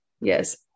yes